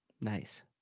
Nice